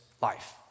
life